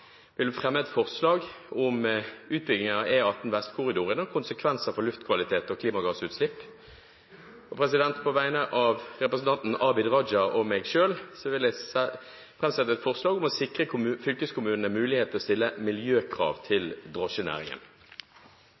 vil jeg gjerne fremme et forslag om utbyggingen av E18 Vestkorridoren og konsekvenser for luftkvalitet og klimagassutslipp. På vegne av representanten Abid Q. Raja og meg selv vil jeg framsette et forslag om å sikre fylkeskommunene mulighet til å stille miljøkrav til drosjenæringen.